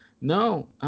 No